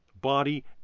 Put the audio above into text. body